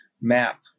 map